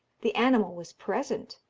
the animal was present,